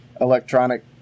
electronic